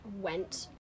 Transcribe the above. went